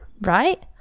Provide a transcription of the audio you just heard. right